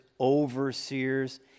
overseers